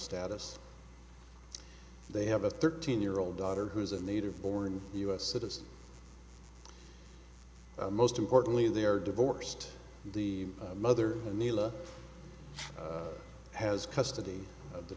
status they have a thirteen year old daughter who is a native born us citizen most importantly they are divorced the mother and milla has custody of the